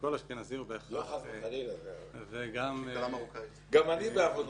שכל אשכנזי הוא --- גם אני בעוונותיי.